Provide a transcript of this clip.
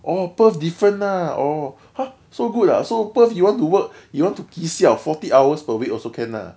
orh perth different lah orh !huh! so good lah so perth you want to work you want to ki siao forty hours per week also can lah